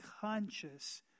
conscious